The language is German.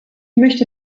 möchte